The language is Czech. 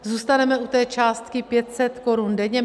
Zůstaneme u částky 500 korun denně.